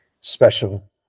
special